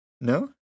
No